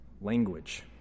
language